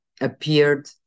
appeared